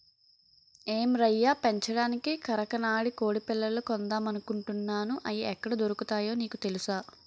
ఏం రయ్యా పెంచడానికి కరకనాడి కొడిపిల్లలు కొందామనుకుంటున్నాను, అయి ఎక్కడ దొరుకుతాయో నీకు తెలుసా?